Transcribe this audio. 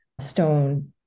stone